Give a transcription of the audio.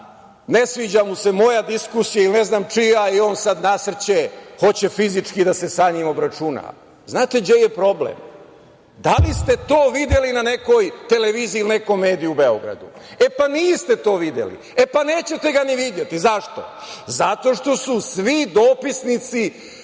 ne sviđa mu se moja diskusija ili ne znam čija i on sada nasrće, hoće fizički da se sa njim obračuna. Znate gde je problem? Da li ste to videli na nekoj televiziji ili nekom mediju u Beogradu? E, pa niste to videli. E, pa nećete ga ni videti. Zašto? Zato što su svi dopisnici